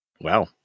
Wow